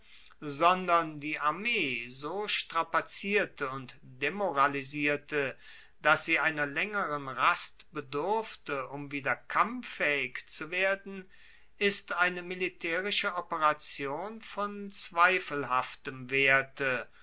sondern die armee so strapazierte und demoralisierte dass sie einer laengeren rast bedurfte um wieder kampffaehig zu werden ist eine militaerische operation von zweifelhaftem werte